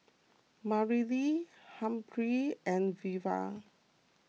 Mareli Humphrey and Veva